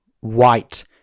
white